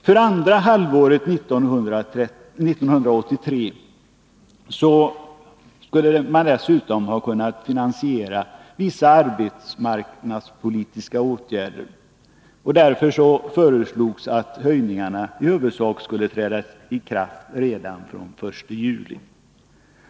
För andra halvåret 1983 skulle man dessutom ha kunnat finansiera vissa arbetsmarknadspolitiska åtgärder. Därför föreslogs att höjningarna i huvudsak skulle träda i kraft redan från den 1 juli.